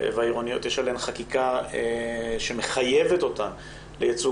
והעירוניות יש חקיקה שמחייבת אותן לייצוג